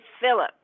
Philip